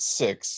six